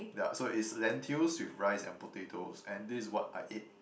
yeah so it's lentils with rice and potatoes and this is what I ate